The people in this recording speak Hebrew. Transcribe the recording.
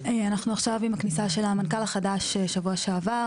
אנחנו עכשיו עם הכניסה של המנכ"ל החדש שבוע שעבר,